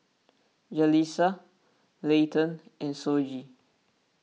Jalisa Leighton and Shoji